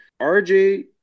RJ